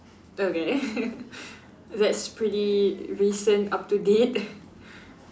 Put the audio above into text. okay that's pretty recent up to date